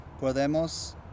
podemos